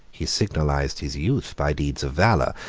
he signalized his youth by deeds of valor,